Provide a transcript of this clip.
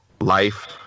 life